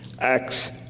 Acts